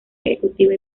ejecutiva